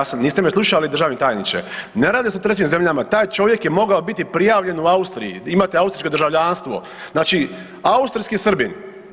Ja sam, niste me slušali, državni tajniče, ne radi se o trećim zemljama, taj čovjek je mogao biti prijavljen u Austriji, imati austrijsko državljanstvo, znači austrijski Srbin.